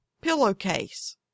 pillowcase